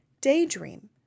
Daydream